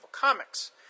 comics